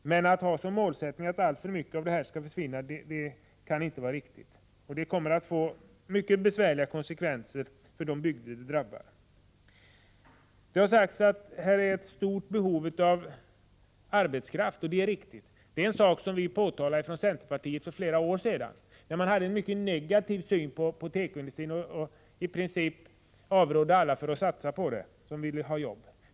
Men att ha som målsättning att många företag skall försvinna kan inte vara riktigt. Det kommer att få mycket besvärliga konsekvenser för de bygder som drabbas. Det har sagts att det finns ett stort behov av arbetskraft, och det är riktigt. Det är en sak som vi från centerpartiet påpekade för flera år sedan, när man hade en mycket negativ syn på tekoindustrin och i princip avrådde alla som ville ha jobb att satsa på den.